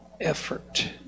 effort